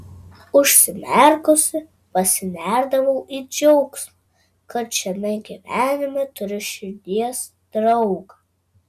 užsimerkusi pasinerdavau į džiaugsmą kad šiame gyvenime turiu širdies draugą